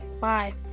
Bye